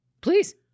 please